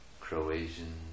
Croatian